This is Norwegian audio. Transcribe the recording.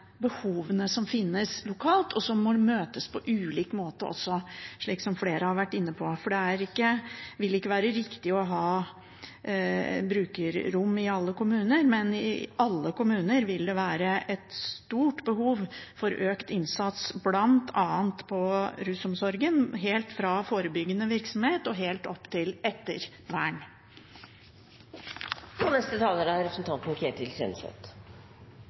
behovene som finnes lokalt, og som må møtes på ulik måte også, slik som flere har vært inne på. Det vil ikke være riktig å ha brukerrom i alle kommuner, men i alle kommuner vil det være et stort behov for økt innsats bl.a. på rusomsorgen, fra forebyggende virksomhet og helt opp til ettervern. Jeg starter hos representanten Bård Hoksrud, som henviste – helt riktig – til en god og